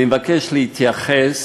אני מבקש להתייחס